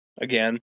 again